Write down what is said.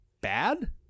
bad